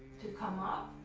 to come up,